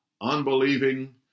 unbelieving